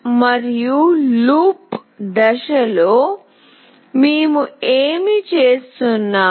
మరియు లూప్ దశలో మేము ఏమి చేస్తున్నాము